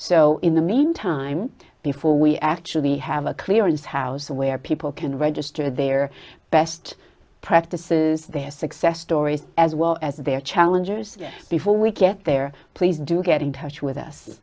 so in the mean time before we actually have a clearance house where people can register their best practices their success stories as well as their challengers before we get there please do get in touch with us